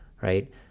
Right